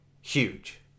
huge